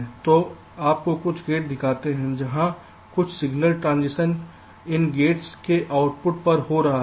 तो यहाँ आप कुछ गेट दिखाते हैं जहाँ कुछ सिग्नल ट्रांज़िशन इन गेट्स के आउटपुट पर हो रहे हैं